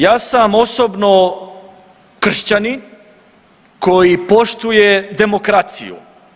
Ja sam osobno kršćanin koji poštuje demokraciju.